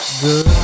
good